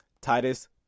Titus